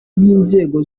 y’inzego